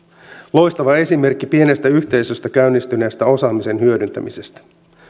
loistava esimerkki pienestä yhteisöstä käynnistyneestä osaamisen hyödyntämisestä